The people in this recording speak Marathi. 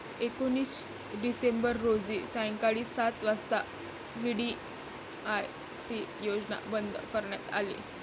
एकोणीस डिसेंबर रोजी सायंकाळी सात वाजता व्ही.डी.आय.सी योजना बंद करण्यात आली